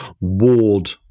ward